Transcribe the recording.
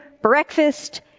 breakfast